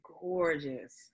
gorgeous